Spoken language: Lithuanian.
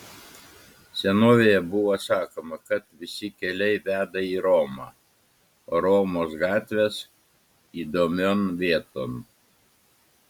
senovėje buvo sakoma kad visi keliai veda į romą o romos gatvės įdomion vieton